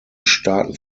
staaten